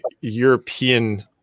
European